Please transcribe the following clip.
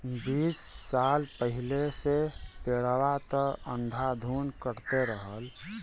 बीस साल पहिले से पेड़वा त अंधाधुन कटते रहल